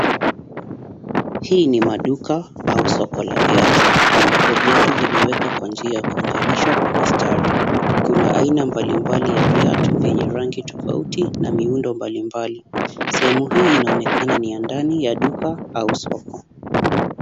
Hii ni maduka au soko la viatu ambapo viatu vimewekwa kwa njia ya kuunganishwa kwa mistari. Kuna aina mbalimbali ya viatu vyenye rangi mbalimbali na miundo mbalimbali. Sehemu hii inaonekana ni ya ndani ya duka au soko.